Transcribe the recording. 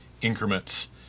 increments